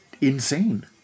insane